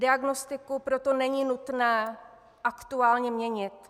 Diagnostiku proto není nutné aktuálně měnit.